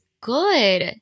good